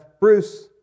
Bruce